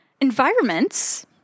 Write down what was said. environments